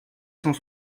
cent